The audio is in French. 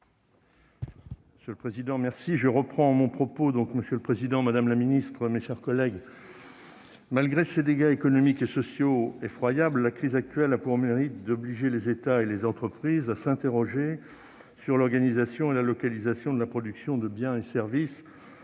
pour le groupe auteur de la demande. Monsieur le président, madame le ministre, mes chers collègues, malgré ses dégâts économiques et sociaux effroyables, la crise actuelle a pour mérite d'obliger les États et les entreprises à s'interroger sur l'organisation et la localisation de la production de biens et services